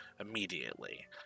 immediately